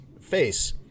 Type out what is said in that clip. face